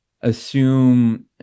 assume